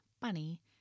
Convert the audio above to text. Bunny